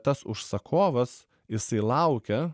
tas užsakovas jisai laukia